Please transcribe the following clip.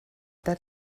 that